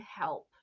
help